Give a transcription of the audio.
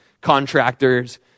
contractors